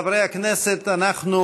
חברי הכנסת, אנחנו